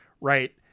Right